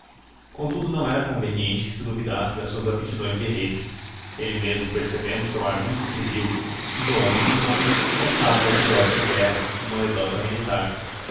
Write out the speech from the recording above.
contudo não era conveniente que se duvidasse das suas aptidões guerreiras ele mesmo percebendo o seu ar muito civil de onde em onde contava um episódio de guerra uma anedota militar